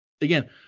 again